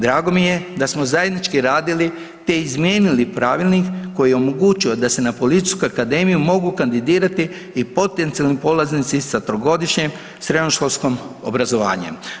Drago mi je da smo zajednički radili te izmijenili pravilnik koji je omogućio da se na Policijsku akademiju mogu kandidirati i potencijalni polaznici sa trogodišnjem srednjoškolskim obrazovanjem.